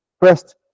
First